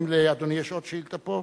האם לאדוני יש עוד שאילתא פה?